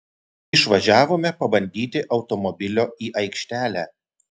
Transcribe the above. išvažiavome pabandyti automobilio į aikštelę